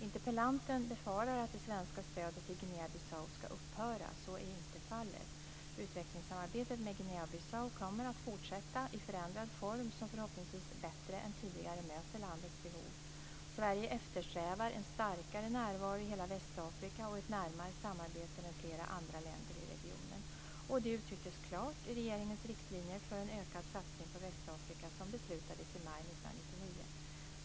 Interpellanten befarar att det svenska stödet till Guinea-Bissau ska upphöra. Så är inte fallet. Utvecklingssamarbetet med Guinea-Bissau kommer att fortsätta i förändrad form som förhoppningsvis bättre än tidigare möter landets behov. Sverige eftersträvar en starkare närvaro i hela Västafrika och ett närmare samarbete med flera andra länder i regionen. Detta uttrycktes klart i regeringens riktlinjer för en ökad satsning på Västafrika, som beslutades i maj 1999.